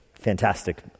Fantastic